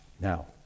Now